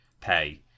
pay